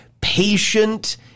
patient